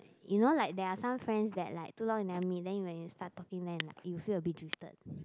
you know like there are some friends that like too long you never meet then when you start talking with them you feel a bit drifted